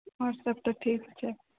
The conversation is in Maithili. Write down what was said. और सब तऽ ठीक छै